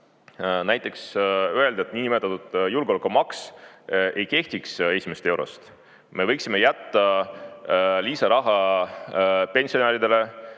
näiteks öelda, et niinimetatud julgeolekumaks ei kehtiks esimesest eurost. Me võiksime jätta lisaraha pensionäridele,